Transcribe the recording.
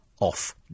Off